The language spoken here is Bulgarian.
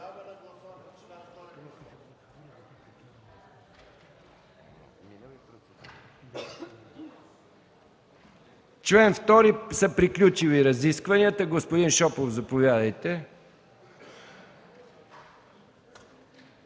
чл. 2 са приключили разискванията. Господин Шопов, заповядайте.